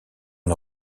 une